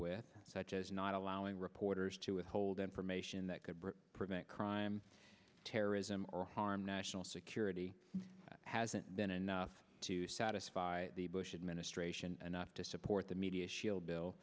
with such as not allowing reporters to withhold information that could prevent crime terrorism or harm national security hasn't been enough to satisfy the bush administration enough to support the media shield bill